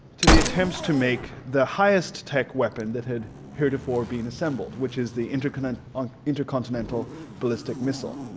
to the attempts to make the highest tech weapon that had heretofore been assembled which is the intercontinental um intercontinental ballistic missile.